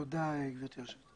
תודה, גברתי היושבת-ראש,